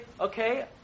okay